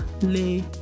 lay